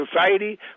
Society